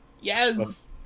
Yes